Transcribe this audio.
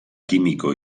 químico